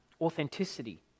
authenticity